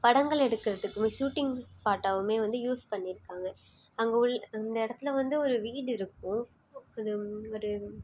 படங்கள் எடுக்கிறதுக்குமே ஷூட்டிங் ஸ்பாட்டாமுமே வந்து யூஸ் பண்ணியிருக்காங்க அங்கே உள்ளே அந்த இடத்துல வந்து ஒரு வீடு இருக்கும் அது ஒரு